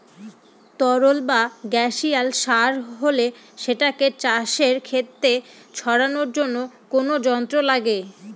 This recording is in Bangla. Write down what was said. তরল বা গাসিয়াস সার হলে সেটাকে চাষের খেতে ছড়ানোর জন্য কোনো যন্ত্র লাগে